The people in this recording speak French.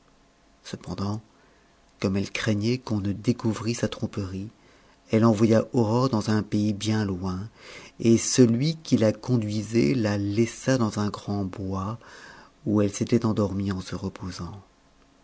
cependant comme elle craignait qu'on ne découvrît sa tromperie elle envoya aurore dans un pays bien loin et celui qui la conduisait la laissa dans un grand bois où elle s'était endormie en se reposant